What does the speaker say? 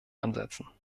ansetzen